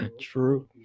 True